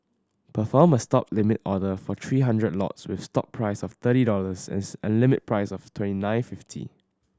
perform a Stop limit order for three hundred lots with stop price of thirty dollars and and limit price of twenty nine fifty